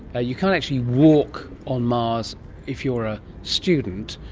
you can't actually walk on mars if you are a student,